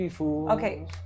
Okay